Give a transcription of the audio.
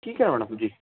ठीक है मैडम जी